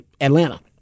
Atlanta